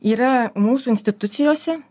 yra mūsų institucijose